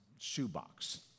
shoebox